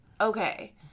Okay